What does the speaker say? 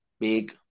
big